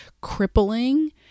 crippling